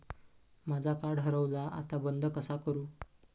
माझा कार्ड हरवला आता बंद कसा करू?